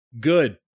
good